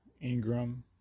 Ingram